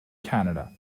canada